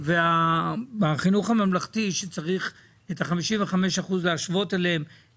והחינוך הממלכתי שצריך להשוות אליהם את 55% האחוזים,